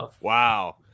Wow